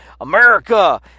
America